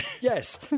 yes